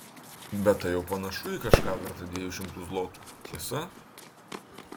bet tai jau panašu į kažką vertą dviejų šimtų zlotų tiesa